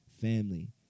family